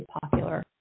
popular